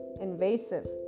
invasive